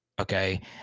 Okay